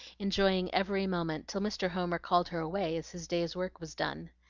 enjoying every moment, till mr. homer called her away, as his day's work was done.